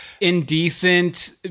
indecent